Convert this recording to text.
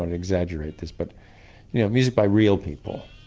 and exaggerate this, but you know music by real people,